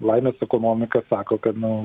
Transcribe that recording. laimės ekonomika sako kad nu